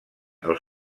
els